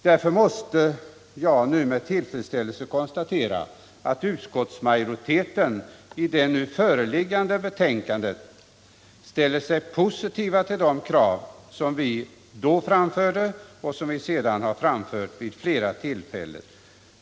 Därför måste jag med tillfredsställelse konstatera att utskottsmajoriteten i det nu föreliggande betänkandet ställer sig positiv till de krav som vi då framförde och som vi därefter har framfört vid flera tillfällen.